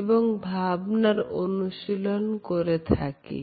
এবং ভাবনার অনুশীলন করে থাকি